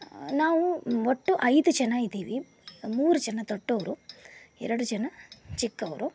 ನಾವು ಒಟ್ಟು ಐದು ಜನ ಇದ್ದೀವಿ ಮೂರು ಜನ ದೊಡ್ಡೋರು ಎರಡು ಜನ ಚಿಕ್ಕವರು